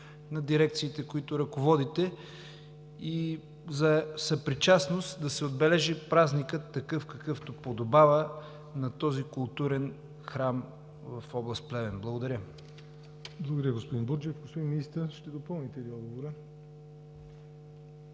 на дирекциите, които ръководите, и за съпричастност – да се отбележи празникът такъв, какъвто подобава на този културен храм в област Плевен. Благодаря. ПРЕДСЕДАТЕЛ ЯВОР НОТЕВ: Благодаря, господин Бурджев. Господин Министър, ще допълните ли отговора?